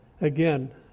Again